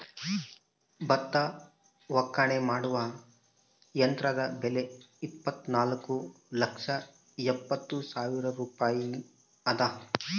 ಭತ್ತ ಒಕ್ಕಣೆ ಮಾಡುವ ಯಂತ್ರದ ಬೆಲೆ ಇಪ್ಪತ್ತುನಾಲ್ಕು ಲಕ್ಷದ ಎಪ್ಪತ್ತು ಸಾವಿರ ರೂಪಾಯಿ ಅದ